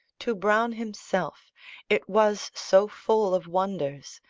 to browne himself it was so full of wonders,